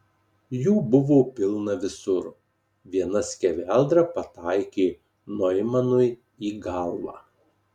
jų buvo pilna visur viena skeveldra pataikė noimanui į galvą